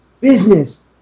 business